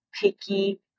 picky